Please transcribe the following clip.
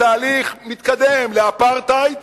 בתהליך מתקדם לאפרטהייד,